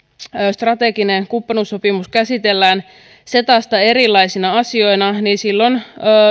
strateginen kumppanuussopimus käsitellään cetasta erillisenä asiana niin silloin